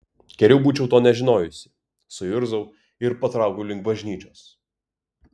geriau būčiau to nežinojusi suirzau ir patraukiau link bažnyčios